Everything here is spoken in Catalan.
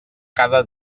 cada